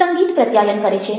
સંગીત પ્રત્યાયન કરે છે